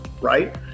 Right